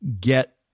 get